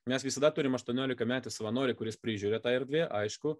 mes visada turim aštuoniolikametį savanorį kuris prižiūri tą erdvę aišku